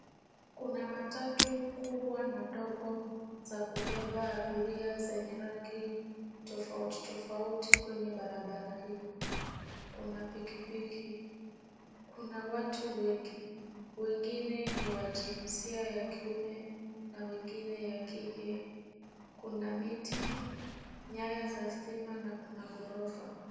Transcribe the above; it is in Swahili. Kuna matatu kubwa na ndogo za kubeba abiria zenye rangi tofauti tofauti kwenye barabara hii. Kuna pikipiki, kuna watu wengi, wengine ni wa jinsia ya kiume na wengine ya kike. Kuna miti, nyaya za stima na kuna ghorofa.